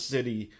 City